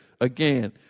Again